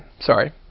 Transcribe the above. sorry